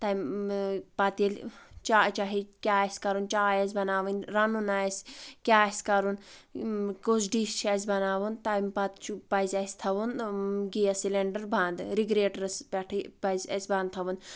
تمہِ پتہٕ ییٚلہِ چاے چاہے کیاہ آسہِ کَرُن چاے آسہِ بناوٕنۍ رَنُن آسہِ کیاہ آسہِ کرُن کُس ڈِش چھِ اَسہِ بناوُن تمہِ پَتہٕ چھُ پزِ اَسہِ تھاوُن گیس سِلینڈر بنٛد رِگریٹرس پؠٹھٕے پزِ اَسہِ بنٛد تھاوُن